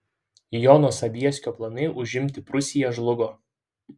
jono sobieskio planai užimti prūsiją žlugo